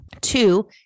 Two